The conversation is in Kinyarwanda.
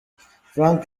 frank